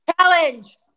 Challenge